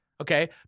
Okay